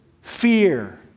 fear